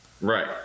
Right